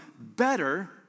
better